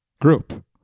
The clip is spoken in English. group